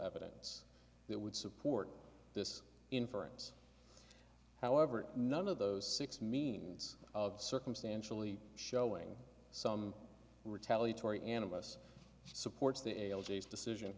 evidence that would support this inference however none of those six means of circumstantially showing some retaliatory and of us supports the l d s decision